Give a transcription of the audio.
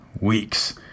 weeks